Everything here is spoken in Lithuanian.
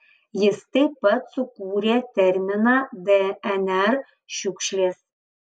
jis taip pat sukūrė terminą dnr šiukšlės